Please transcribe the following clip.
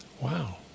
Wow